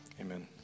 Amen